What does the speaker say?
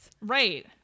right